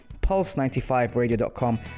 Pulse95Radio.com